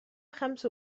خمس